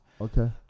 okay